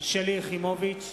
שלי יחימוביץ,